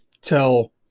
tell